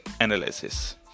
Analysis